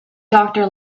doctor